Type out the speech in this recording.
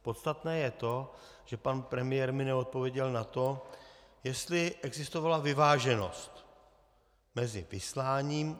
Podstatné je to, že pan premiér mi neodpověděl na to, jestli existovala vyváženost mezi vysláním.